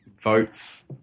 votes